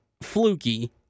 fluky